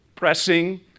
pressing